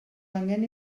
angen